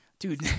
dude